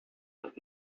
but